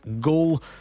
goal